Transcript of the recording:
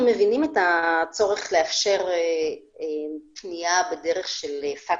אנחנו מבינים את הצורך לאפשר פניה בדרך של פקס